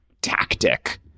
tactic